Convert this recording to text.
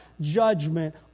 judgment